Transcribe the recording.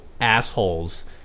assholes